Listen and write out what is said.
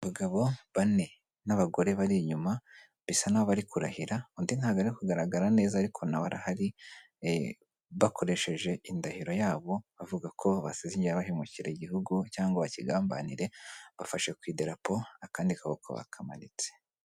Abagabo bane n'abagore bari inyuma bisa naho bari kurahira, undi ntago ari kugaragara neza ariko nawe arahari bakoresheje indahiro yabo bavuga ko batazigera bahemukira igihugu cyangwa bakigambanire bafashe ku idarapo akandi kaboko bakamanitse.